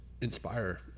inspire